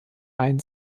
ein